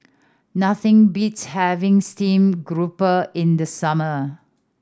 nothing beats having steamed grouper in the summer